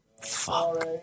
Fuck